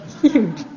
Huge